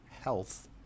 health